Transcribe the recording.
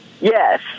Yes